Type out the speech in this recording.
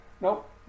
nope